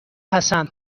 حسن